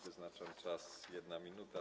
Wyznaczam czas - 1 minuta.